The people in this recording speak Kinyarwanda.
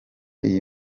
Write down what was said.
iyi